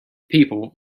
people